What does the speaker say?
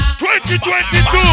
2022